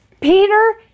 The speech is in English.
Peter